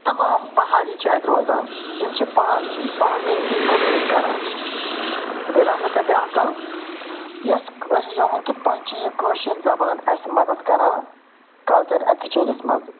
تمام پہاڑی چھِ اَتہِ روزان یِم چھِ پا پانہٕ وٲنۍ تہِ کُمنیٹ کران بیٚیہِ وَنہٕ بہٕ تۄہہِ بیاکھ کَتھ یۄس أسۍ وچھٕو وٕ کِتھ پٲٹھۍ چھِ یہِ کٲشِر زبان اَسہِ مدتھ کران کَلچَر اٮ۪کٕسچینجَس منٛز